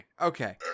Okay